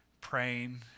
praying